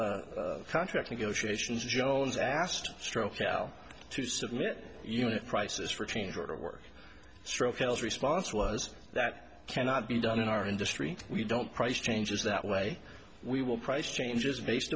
the contract negotiations jones asked stroke shall to submit unit prices for a change order work stroke else response was that cannot be done in our industry we don't price changes that way we will price changes based